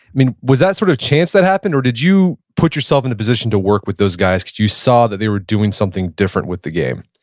was that sort of chance that happened or did you put yourself in a position to work with those guys because you saw that they were doing something different with the game?